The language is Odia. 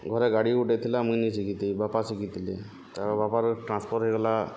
ଘରେ ଗାଡ଼ି ଗୁଟେ ଥିଲା ମୁଇଁ ନି ଶିଖିଥାଇ ବାପା ଶିଖିଥିଲେ ତା'ପରେ ବାପାର ଟ୍ରାନ୍ସଫର୍ ହେଇଗଲା